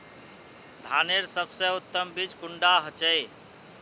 धानेर सबसे उत्तम बीज कुंडा होचए?